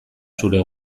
zure